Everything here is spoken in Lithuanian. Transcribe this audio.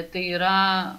tai yra